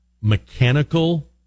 mechanical